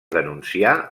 denunciar